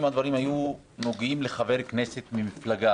אם הדברים היו נוגעים לחבר כנסת ממפלגה